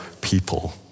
people